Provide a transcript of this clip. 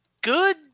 Good